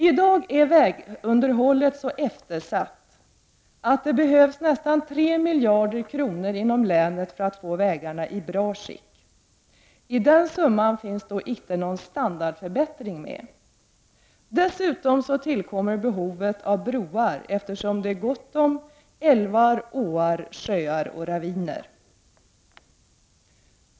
I dag är vägunderhållet så eftersatt, att det behövs nästan 3 miljarder kronor för att få vägarna inom länet i bra skick. I den summan finns inte någon standardförbättring med. Dessutom tillkommer behovet av broar, eftersom det är gott om älvar, åar, sjöar och raviner.